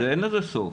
אין לזה סוף.